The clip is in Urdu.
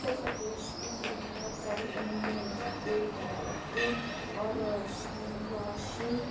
اتر پردیش کے اندر بہت ساری اہم تہذیبیں روایتیں اور روشنی روشی